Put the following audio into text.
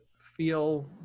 feel